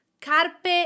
Carpe